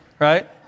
right